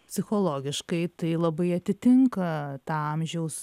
psichologiškai tai labai atitinka tą amžiaus